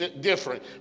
different